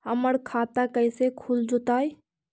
हमर खाता कैसे खुल जोताई?